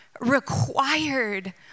required